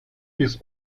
bis